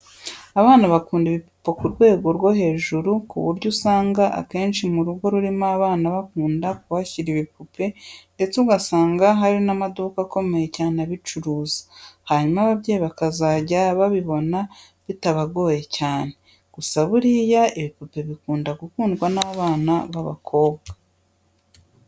Abana bakunda ibipupe ku rwego rwo hejuru ku buryo usanga akenshi mu rugo rurimo abana bakunda kuhashyira ibipupe ndetse ugasanga hari n'amaduka akomeye cyane abicuruza, hanyuma ababyeyi bakazajya babibona bitabagoye cyane. Gusa buriya ibipupe bikunda gukundwa n'abana b'abakobwa.